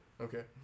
Okay